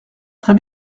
très